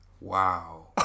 Wow